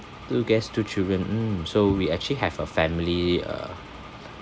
two guests two children mm so we actually have a family uh